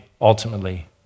ultimately